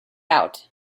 out